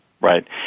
Right